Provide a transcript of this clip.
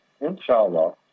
inshallah